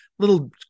little